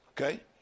Okay